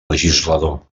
legislador